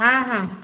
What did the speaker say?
ହଁ ହଁ